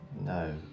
No